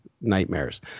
nightmares